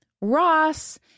Ross